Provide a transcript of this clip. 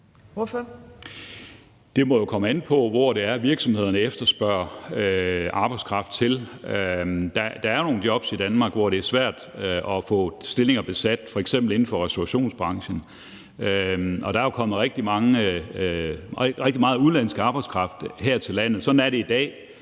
Det må jo komme an på, hvor det er, virksomhederne efterspørger arbejdskraft. Der er nogle jobs i Danmark, hvor det er svært at få stillinger besat, f.eks. inden for restaurationsbranchen, og der er jo kommet rigtig meget udenlandsk arbejdskraft her til landet. Sådan er det i dag,